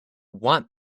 want